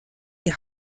die